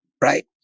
right